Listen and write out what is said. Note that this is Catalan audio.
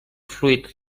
fluid